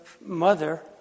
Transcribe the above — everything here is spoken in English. mother